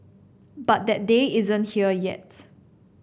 but that day isn't here yet